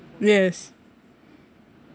yes